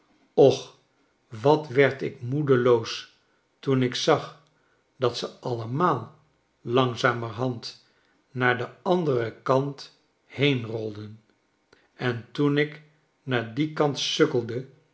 och wat werd ik moedeloos toen ik zag dat ze allemaal langzamerhand naar den anderen kant heenrolden en toen ik naar dien kant sukkelde